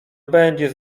będzie